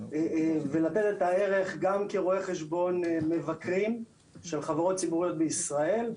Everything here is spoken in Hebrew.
ולתת את הערך גם כרואי חשבון מבקרים של חברות ציבוריות בישראל,